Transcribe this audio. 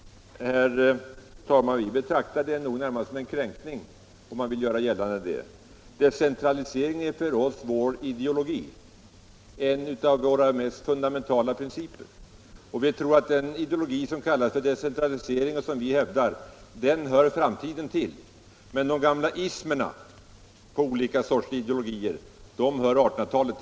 Vi betraktar det närmast som en kränkning, om man vill göra gällande detta. Decentralisering är en del av vår ideologi, en av våra mest fundamentala Näringspolitiken Näringspolitiken principer, och vi tror att den ideologi vari decentralisering ingår som huvudelement hör framtiden till. Men de gamla ismerna hör hemma i 1800-talet.